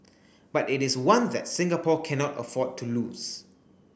but it is one that Singapore cannot afford to lose